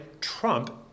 Trump